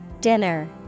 Dinner